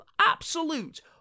absolute